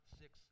six